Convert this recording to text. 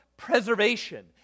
preservation